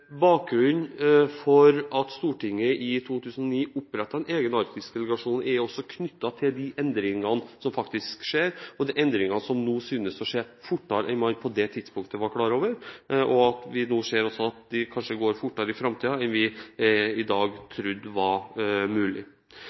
Bakgrunnen for at Stortinget i 2009 opprettet en egen arktisk delegasjon er knyttet til de endringene som faktisk skjer, og de endringene som nå synes å skje fortere enn man på det tidspunktet var klar over. Vi ser nå også at de kanskje går fortere i framtiden enn vi da trodde var mulig.